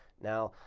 now,